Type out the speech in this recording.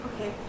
Okay